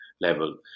level